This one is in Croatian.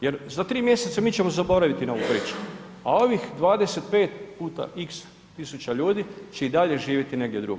Jer za 3 mjeseca mi ćemo zaboraviti na ovu priču, a ovih 25 puta x tisuća ljudi će i dalje živjeti negdje drugdje.